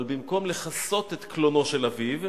אבל במקום לכסות את קלונו של אביו,